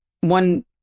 one